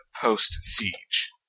post-Siege